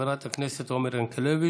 חברת הכנסת עומר ינקלביץ'.